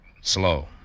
Slow